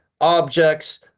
objects